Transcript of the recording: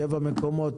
שבע מקומות,